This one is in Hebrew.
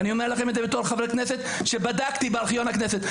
ואני אומר לכם את זה בתור חבר כנסת שבדקתי בארכיון הכנסת.